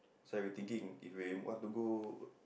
so I were thinking if we want to go